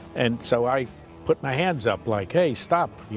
and so i put my hands up like, hey, stop,